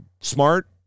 Smart